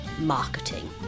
marketing